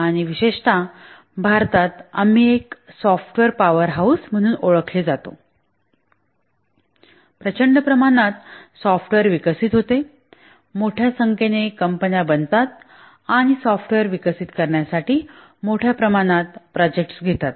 आणि विशेषत भारतात आम्ही एक सॉफ्टवेअर पॉवर हाऊस म्हणून ओळखले जातो प्रचंड प्रमाणात सॉफ्टवेअर विकसित होते मोठ्या संख्येने कंपन्या बनतात आणि सॉफ्टवेअर विकसित करण्यासाठी मोठ्या प्रमाणात प्रोजेक्ट घेतात